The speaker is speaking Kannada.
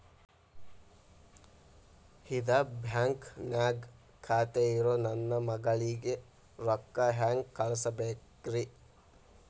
ಇದ ಬ್ಯಾಂಕ್ ನ್ಯಾಗ್ ಖಾತೆ ಇರೋ ನನ್ನ ಮಗಳಿಗೆ ರೊಕ್ಕ ಹೆಂಗ್ ಕಳಸಬೇಕ್ರಿ?